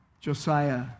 Josiah